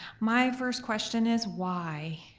my first question is why?